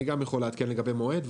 אני גם יכול לעדכן לגבי מועד,